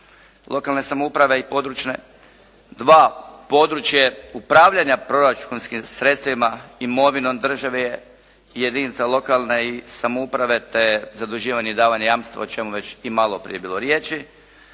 lokalne samouprave i područne. Dva, područje upravljanja proračunskim sredstvima, imovinom države i jedinica lokalne samouprave te zaduživanje i davanje jamstva o čemu je već i malo prije bilo riječi